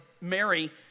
Mary